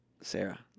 Sarah